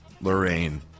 Lorraine